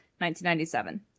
1997